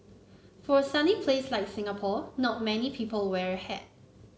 for a sunny place like Singapore not many people wear a hat